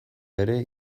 ere